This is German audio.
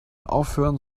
aufhören